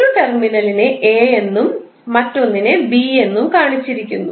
ഒരു ടെർമിനലിനെ എ എന്നും മറ്റൊന്ന് ബി എന്നും കാണിച്ചിരിക്കുന്നു